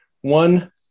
One